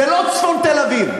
זה לא צפון תל-אביב.